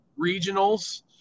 regionals